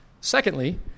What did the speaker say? Secondly